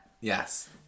Yes